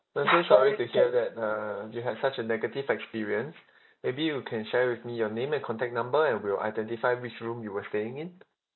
I'm so sorry to hear that uh you had such a negative experience maybe you can share with me your name and contact number and we'll identify which room you were staying in